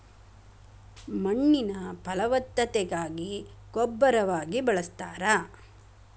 ಮಣ್ಣಿನ ಫಲವತ್ತತೆಗಾಗಿ ಗೊಬ್ಬರವಾಗಿ ಬಳಸ್ತಾರ